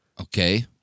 Okay